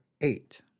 eight